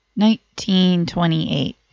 1928